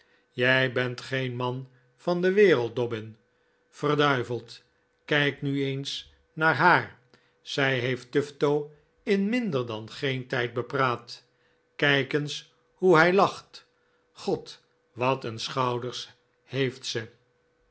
ij bent geen man van de wereld dobbin verduiveld kijk nu eens naar haar zij heeft tufto in minder dan geen tijd bepraat kijk eens hoe hij lacht god wat een schouders heeft ze